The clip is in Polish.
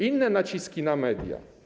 Inne naciski na media.